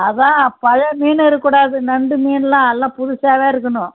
அதுதான் பழைய மீன் இருக்கக்கூடாது நண்டு மீனெலாம் எல்லாம் புதுசாகவே இருக்கணும்